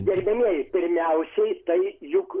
gerbiamieji pirmiausiai tai juk